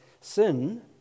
Sin